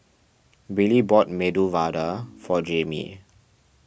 Billie bought Medu Vada for Jamie